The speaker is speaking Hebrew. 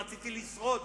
רציתי לשרוד,